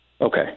Okay